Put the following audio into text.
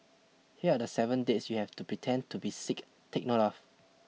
here are the seven dates you have to pretend to be sick take note of